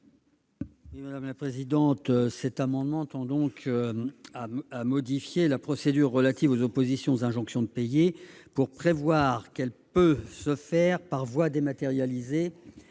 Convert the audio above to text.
de la commission ? Cet amendement tend à modifier la procédure relative aux oppositions aux injonctions de payer pour prévoir qu'elle peut se faire par voie dématérialisée